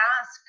ask